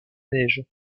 neige